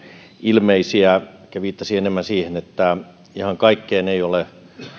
ilmeisiä ehkä viittasin enemmän siihen että ihan kaikkeen